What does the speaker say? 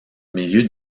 milieu